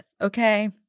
okay